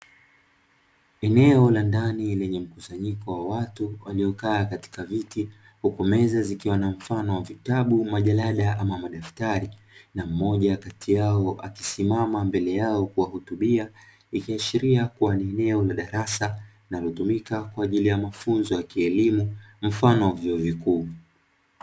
Eneo la ndani lenye mkusanyiko wa watu waliokaa katika viti uku meza zikiwa na mfano wa vitabu, majarada ama madafutari na mmoja kati yao akisimama mbele yao kuwahutubia, ikiashiria kuwa ni eneo la darasa linalotumika kwaajili ya mafunzo ya kielimu mfano wa vyuo vikuu.